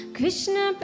Krishna